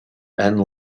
and